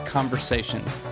Conversations